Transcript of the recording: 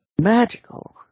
magical